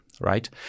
right